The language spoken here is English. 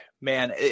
man